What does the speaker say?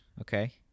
Okay